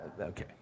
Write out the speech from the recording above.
Okay